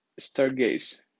Stargaze